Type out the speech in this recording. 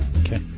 Okay